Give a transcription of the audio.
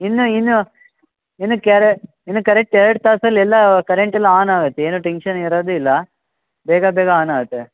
ಇನ್ನು ಇನ್ನು ಇನ್ನು ಕರೆ ಇನ್ನು ಕರೆಕ್ಟ್ ಎರಡು ತಾಸಲ್ಲಿ ಎಲ್ಲ ಕರೆಂಟ್ ಎಲ್ಲ ಆನ್ ಆಗುತ್ತೆ ಏನು ಟೆನ್ಷನ್ ಇರೋದು ಇಲ್ಲ ಬೇಗ ಬೇಗ ಆನ್ ಆಗುತ್ತೆ